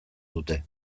dute